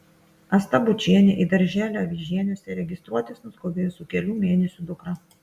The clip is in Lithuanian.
asta bučienė į darželį avižieniuose registruotis nuskubėjo su kelių mėnesių dukra